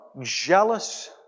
jealous